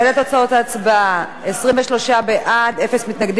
תוצאות ההצבעה: בעד, 23, אפס מתנגדים ואפס